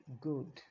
good